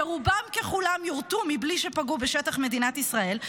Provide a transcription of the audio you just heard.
שרובם ככולם יורטו בלי שפגעו בשטח מדינת ישראל,